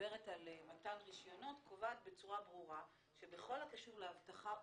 שמדברת על מתן רישיונות קובעת בצורה ברורה שבכל הקשור לאבטחה ומיגון,